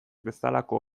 bezalako